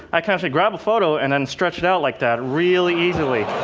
i can actually grab a photo and then stretch it out like that really easily.